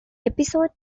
episode